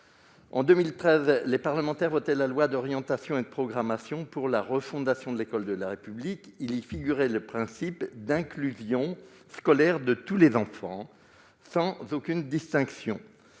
En 2013, les parlementaires votaient la loi d'orientation et de programmation pour la refondation de l'école de la République, où figurait le principe d'inclusion scolaire de tous les enfants, sans aucune distinction.